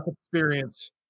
experience